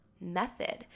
method